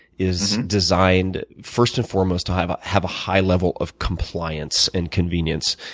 is designed first and foremost to have have a high level of compliance and convenience.